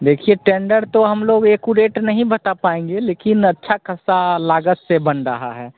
देखिए टेंडर तो हम लोग एकुरेट नहीं बता पाएँगे लेकिन अच्छी ख़ासी लागत पर बन रहा है